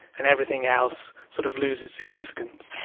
and everything else sort of loses significance.